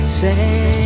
say